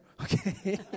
Okay